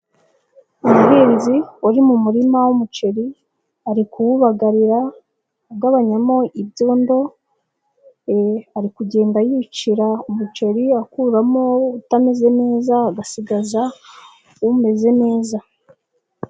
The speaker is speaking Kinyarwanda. Umuhinzi uri mu murima w'umuceri ari kuwubagarira agabanyamo ibyondo ari kugenda yicira umuceri akuramo utameze neza agasigaza umeze neza.